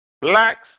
Blacks